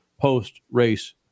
post-race